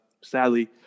sadly